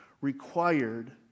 required